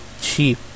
cheap